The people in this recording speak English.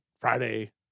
Friday